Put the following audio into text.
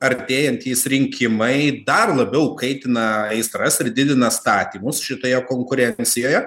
artėjantys rinkimai dar labiau kaitina aistras ir didina statymus šitoje konkurencijoje